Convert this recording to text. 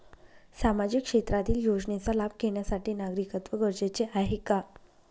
सामाजिक क्षेत्रातील योजनेचा लाभ घेण्यासाठी नागरिकत्व गरजेचे आहे का?